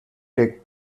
take